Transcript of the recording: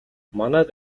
манайд